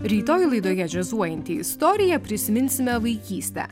rytoj laidoje džiazuojanti istorija prisiminsime vaikystę